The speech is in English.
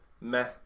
meh